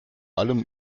allem